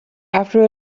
after